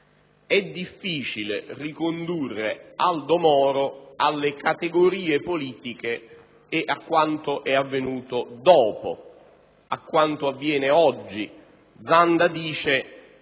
È difficile ricondurre Aldo Moro alle categorie politiche e a quanto è avvenuto dopo, a quanto avviene oggi. Il